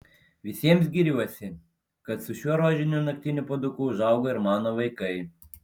visiems giriuosi kad su šiuo rožiniu naktiniu puoduku užaugo ir mano vaikai